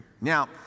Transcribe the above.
Now